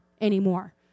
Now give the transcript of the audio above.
anymore